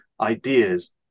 ideas